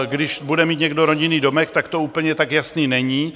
Když bude mít někdo rodinný domek, tak to úplně tak jasné není.